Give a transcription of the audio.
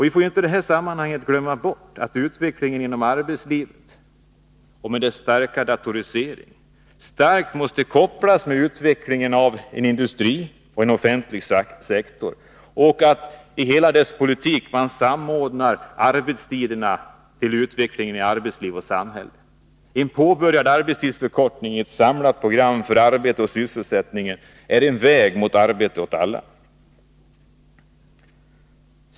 Vi får i det här sammanhanget inte glömma bort att utvecklingen inom arbetslivet, med dess starka datorisering, starkt måste kopplas till utvecklingen av en industri och en offentlig sektor och att man i hela denna politik samordnar arbetstiderna med utvecklingen i arbetsliv och samhälle. En påbörjad arbetstidsförkortning i ett samlat program för arbete och sysselsättning är en väg mot arbete åt alla.